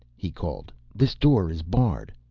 he called this door is barred.